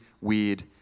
weird